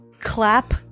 Clap